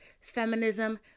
feminism